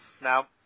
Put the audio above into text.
Now